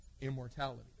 immortality